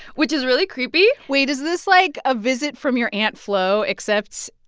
which is really creepy wait. is this like a visit from your aunt flo, except,